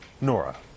Nora